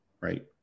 right